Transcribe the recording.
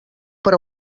per